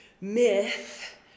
myth